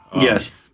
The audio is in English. Yes